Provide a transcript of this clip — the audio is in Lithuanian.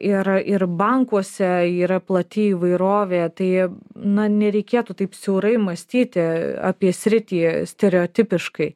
ir ir bankuose yra plati įvairovė tai na nereikėtų taip siaurai mąstyti apie sritį stereotipiškai